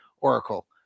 Oracle